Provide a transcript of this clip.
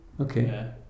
Okay